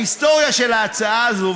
ההיסטוריה של ההצעה הזאת,